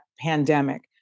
pandemic